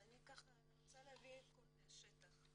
ואני רוצה להביא קול מהשטח.